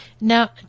now